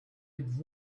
with